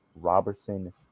Robertson